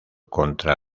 contra